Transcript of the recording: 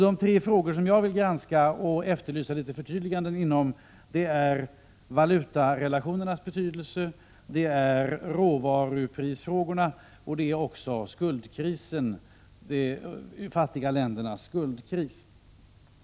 De tre frågor som jag vill granska och efterlysa förtydliganden om är valutarelationernas betydelse, råvaruprisfrågorna och de fattiga ländernas skuldkris.